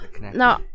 No